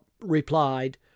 replied